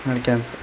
ಮಾಡ್ಕೊಂಡ್